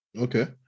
Okay